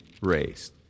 raised